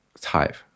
type